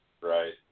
Right